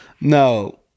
No